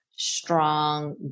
strong